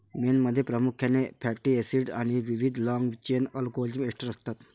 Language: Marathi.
मेणमध्ये प्रामुख्याने फॅटी एसिडस् आणि विविध लाँग चेन अल्कोहोलचे एस्टर असतात